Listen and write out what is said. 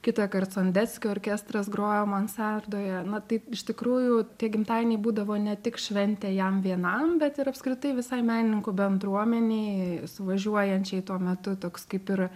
kitąkart sondeckio orkestras grojo mansardoje na taip iš tikrųjų tie gimtadieniai būdavo ne tik šventė jam vienam bet ir apskritai visai menininkų bendruomenei suvažiuojančiai tuo metu toks kaip ir